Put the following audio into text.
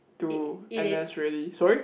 to N_S already sorry